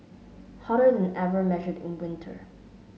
hotter than ever measured in winter